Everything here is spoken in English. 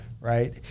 Right